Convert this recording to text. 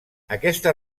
aquesta